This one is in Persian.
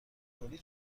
کلی